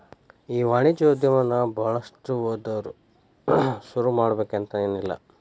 ಈ ವಾಣಿಜ್ಯೊದಮನ ಭಾಳಷ್ಟ್ ಓದ್ದವ್ರ ಶುರುಮಾಡ್ಬೆಕಂತೆನಿಲ್ಲಾ